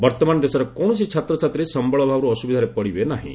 ବର୍ତ୍ତମାନ ଦେଶର କୌଣସି ଛାତ୍ରଛାତ୍ରୀ ସମ୍ଭଳ ଅଭାବରୁ ଅସୁବିଧାରେ ପଡ଼ିବେ ନାହିଁ